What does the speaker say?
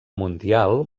mundial